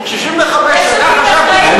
65 שנה, בפוליטיקה.